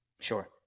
Sure